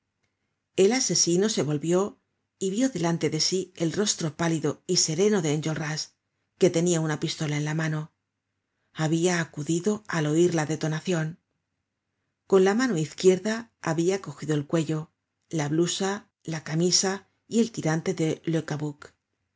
el asesino se volvió y vió delante de sí el rostro pálido y sereno de enjolras que tenia una pistola en la mano habia acudido al oir la detonacion con la mano izquierda habia cogido el cuello la blusa la camisa y el tirante de